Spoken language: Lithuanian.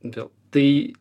dėl tai